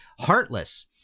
Heartless